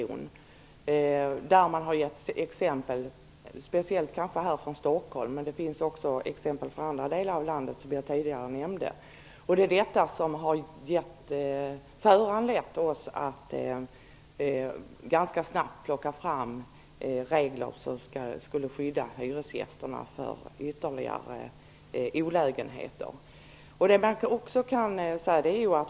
Dessa exempel kommer speciellt från Stockholm, men det finns också exempel från andra delar av landet som jag tidigare nämnde. Det är detta som har föranlett oss att ganska snabbt plocka fram regler som skall skydda hyresgästerna från ytterligare olägenheter.